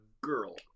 girl